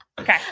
Okay